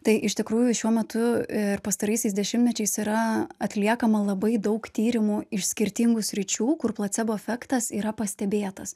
tai iš tikrųjų šiuo metu ir pastaraisiais dešimtmečiais yra atliekama labai daug tyrimų iš skirtingų sričių kur placebo efektas yra pastebėtas